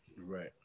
Right